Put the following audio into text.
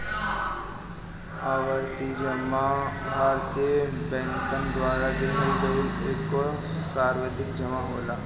आवर्ती जमा भारतीय बैंकन द्वारा देहल गईल एगो सावधि जमा होला